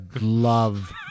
love